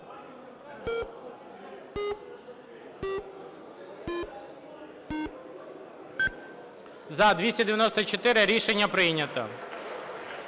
– 6. Рішення прийнято.